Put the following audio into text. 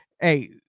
Hey